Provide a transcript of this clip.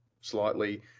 slightly